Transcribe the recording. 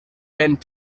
bent